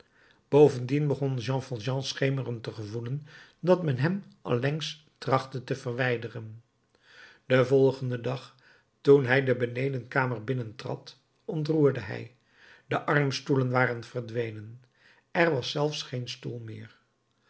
bovendien begon jean valjean schemerend te gevoelen dat men hem allengs trachtte te verwijderen den volgenden dag toen hij de benedenkamer binnentrad ontroerde hij de armstoelen waren verdwenen er was zelfs geen stoel meer